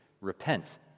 Repent